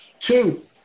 Two